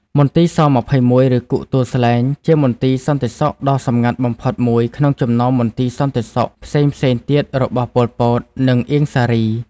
មន្ទីរ ស-២១ ឬគុកទួលស្លែង ជាមន្ទីរសន្តិសុខដ៏សម្ងាត់បំផុតមួយក្នុងចំណោមមន្ទីរសន្តិសុខផ្សេងៗទៀតរបស់ ប៉ុល ពត និង អៀង សារី។